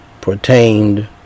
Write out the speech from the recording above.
pertained